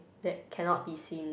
that cannot be seen